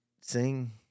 sing